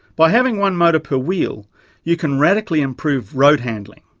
by having one motor per wheel you can radically improve road handling,